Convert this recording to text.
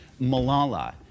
Malala